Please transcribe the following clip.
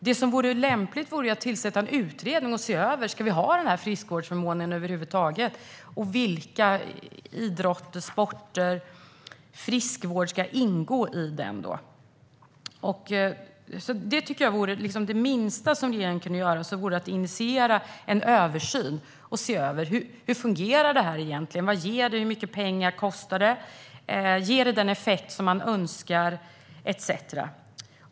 Det vore lämpligt att tillsätta en utredning för att se över om vi ska ha friskvårdsförmånen över huvud taget och vilka idrotter, sporter eller typer av friskvård som ska ingå i den. Det minsta regeringen kan göra är att initiera en översyn för att se över hur det här fungerar egentligen. Vad ger det? Hur mycket pengar kostar det? Ger det den effekt som man önskar etcetera?